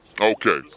Okay